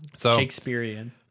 shakespearean